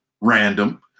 Random